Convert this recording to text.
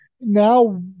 now